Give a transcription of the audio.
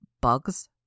Bugs